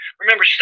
Remember